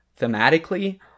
thematically